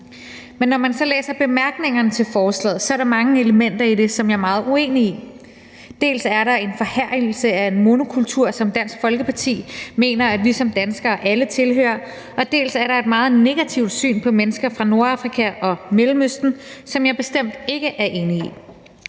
Men når jeg så læser bemærkningerne til forslaget, er der mange elementer i det, som jeg er meget uenig i. Dels er der en forherligelse af en monokultur, som Dansk Folkeparti mener at vi som danskere alle tilhører, dels er der et meget negativt syn på mennesker fra Nordafrika og Mellemøsten, som jeg bestemt ikke er enig i.